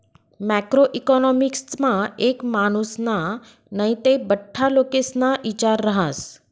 macro इकॉनॉमिक्समा एक मानुसना नै ते बठ्ठा लोकेस्ना इचार रहास